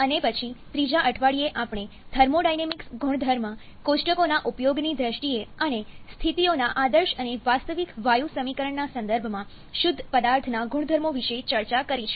અને પછી ત્રીજા અઠવાડિયે આપણે થર્મોડાયનેમિક્સ ગુણધર્મ કોષ્ટકોના ઉપયોગની દ્રષ્ટિએ અને સ્થિતિઓના આદર્શ અને વાસ્તવિક વાયુસમીકરણના સંદર્ભમાં શુદ્ધ પદાર્થના ગુણધર્મો વિશે ચર્ચા કરી છે